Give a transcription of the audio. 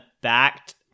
backed